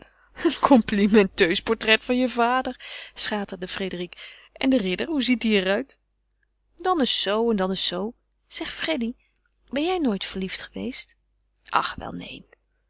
portret van je vader schaterde frédérique en de ridder hoe ziet die er uit dan eens zoo en dan eens zoo zeg freddy ben jij nog nooit verliefd geweest ach wel neen